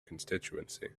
constituency